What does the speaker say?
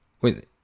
Wait